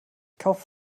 kauf